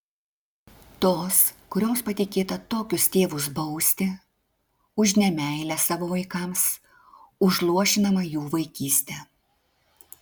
tos kurioms patikėta tokius tėvus bausti už nemeilę savo vaikams už luošinamą jų vaikystę